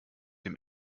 dem